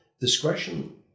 Discretion